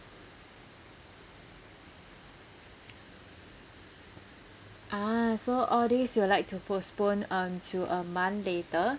ah so all this you would like to postpone um to a month later